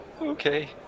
okay